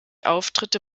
auftritte